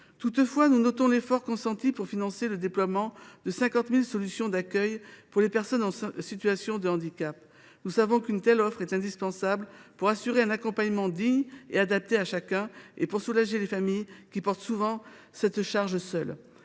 tournés vers l’autre. L’effort consenti pour financer le déploiement de 50 000 solutions d’accueil pour les personnes en situation de handicap mérite d’être relevé. Nous savons qu’une telle offre est indispensable pour assurer un accompagnement digne et adapté à chacun et pour soulager les familles, qui portent souvent seules cette charge.